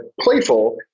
playful